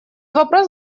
вопрос